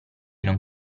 non